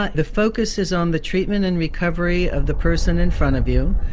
ah the focus is on the treatment and recovery of the person in front of you.